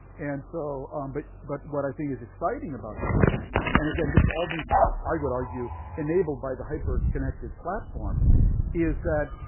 and so but but what i think is exciting about this moment and again this is all being i would argue enabled by the hyper-connected platform is that